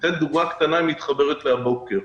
אתן דוגמה קטנה שמתחברת למה שקרה הבוקר.